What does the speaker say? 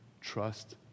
trust